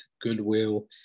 Goodwill